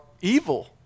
evil